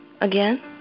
again